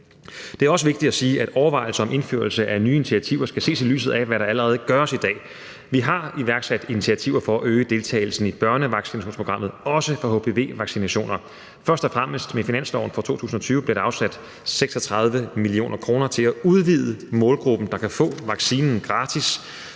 Det er også vigtigt at sige, at overvejelser om indførelse af nye initiativer skal ses i lyset af, hvad der allerede gøres i dag. Vi har iværksat initiativer for at øge deltagelsen i børnevaccinationsprogrammet, også for hpv-vaccinationer, og først og fremmest blev der med finansloven for 2020 afsat 36 mio. kr. til at udvide målgruppen, der kan få vaccinen gratis.